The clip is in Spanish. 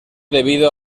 debido